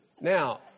Now